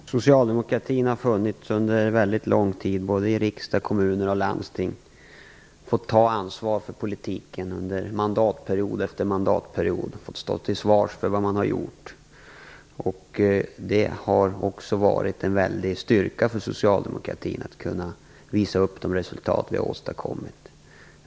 Herr talman! Socialdemokraterna har funnits under väldigt lång tid både i riksdagen och i kommuner och landsting. Socialdemokraterna har tagit ansvar under mandatperiod efter mandatperiod och fått stå till svars för vad man har gjort. Det har också varit en väldig styrka för Socialdemokraterna att vi har kunnat visa upp de resultat vi har åstadkommit.